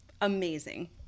amazing